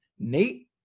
Nate